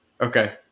Okay